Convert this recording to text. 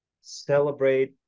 celebrate